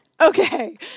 Okay